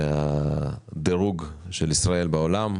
לדירוג של ישראל בעולם,